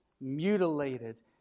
mutilated